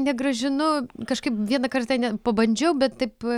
negrąžinu kažkaip vieną kartą net pabandžiau bet taip